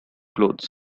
clothes